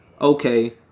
Okay